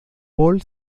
paul